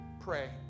pray